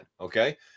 Okay